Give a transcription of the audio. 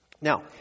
Now